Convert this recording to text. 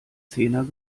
zehner